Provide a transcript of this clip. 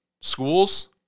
schools